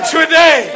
Today